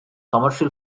commercial